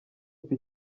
upfa